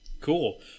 Cool